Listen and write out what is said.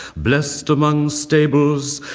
blessed among stables,